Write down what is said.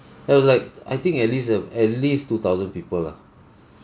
there was like I think at least a at least two thousand people lah